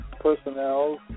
personnel